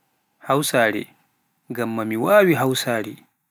demgal hausare, ngamma mi wawaa hausare.